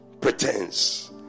pretense